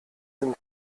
sind